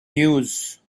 news